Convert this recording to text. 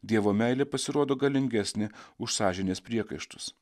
dievo meilė pasirodo galingesnė už sąžinės priekaištus